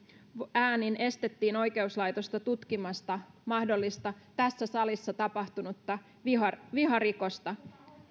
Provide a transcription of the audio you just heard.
äänin estettiin oikeuslaitosta tutkimasta mahdollista tässä salissa tapahtunutta viharikosta viharikosta